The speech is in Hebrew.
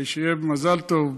שיהיה במזל טוב,